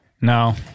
No